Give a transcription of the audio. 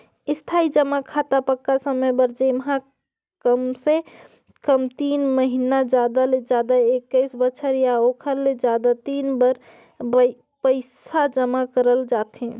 इस्थाई जमा खाता पक्का समय बर जेम्हा कमसे कम तीन महिना जादा ले जादा एक्कीस बछर या ओखर ले जादा दिन बर पइसा जमा करल जाथे